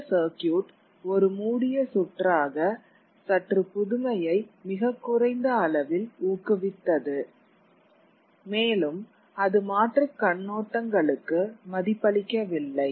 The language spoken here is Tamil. இந்த சர்க்யூட் ஒரு மூடிய சுற்றாக சுற்று புதுமையை மிகக் குறைந்த அளவில் ஊக்குவித்தது மேலும் அது மாற்றுக் கண்ணோட்டங்களுக்கு மதிப்பளிக்கவில்லை